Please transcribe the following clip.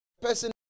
person